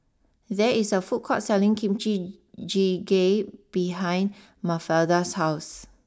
there is a food court selling Kimchi Jjigae behind Mafalda's house